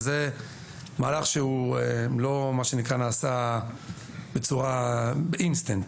וזה מהלך שלא נעשה באינסטנט.